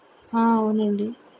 ఆ అవునండి